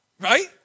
right